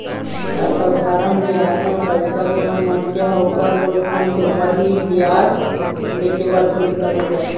साधारन बियाज म पइसा कोनो मनखे ह ओखर मुलधन के ऊपर ही बियाज ले के वसूली करे जाथे